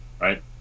right